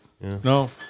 no